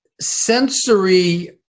sensory